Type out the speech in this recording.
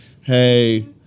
Hey